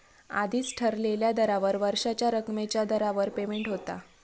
आधीच ठरलेल्या दरावर वर्षाच्या रकमेच्या दरावर पेमेंट होता